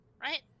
right